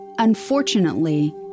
Unfortunately